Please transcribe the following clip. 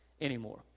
anymore